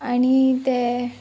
आणी तें